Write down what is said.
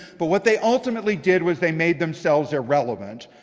but what they ultimately did was they made themselves irrelevant.